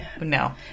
No